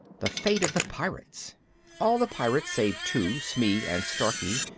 the fate of the pirates all the pirates save two, smee and starkey,